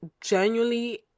genuinely